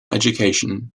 education